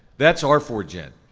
that's arfogen,